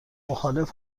مخالف